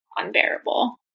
unbearable